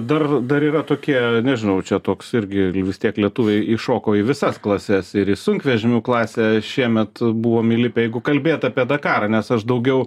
dar dar yra tokie nežinau čia toks irgi vis tiek lietuviai įšoko į visas klases ir į sunkvežimių klasė šiemet buvom įlipę jeigu kalbėt apie dakarą nes aš daugiau